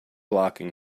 blocking